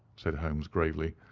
said holmes, gravely.